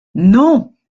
non